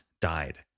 died